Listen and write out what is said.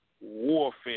Warfare